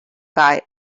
guy